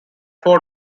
four